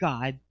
God